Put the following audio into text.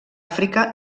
àfrica